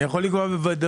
אני יכול לומר בוודאות